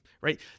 right